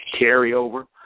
carryover